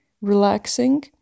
relaxing